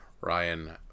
Ryan